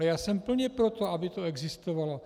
Já jsem plně pro to, aby to existovalo.